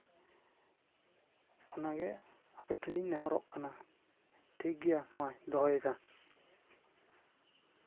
ᱚᱱᱟᱜᱮ ᱟᱯᱮ ᱴᱷᱮᱱᱤᱧ ᱱᱮᱦᱚᱨᱚᱜ ᱠᱟᱱᱟ ᱴᱷᱤᱠᱜᱮᱭᱟ ᱢᱟᱧ ᱫᱚᱦᱚᱭᱮᱫᱟ